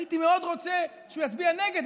הייתי מאוד רוצה שהוא יצביע נגד.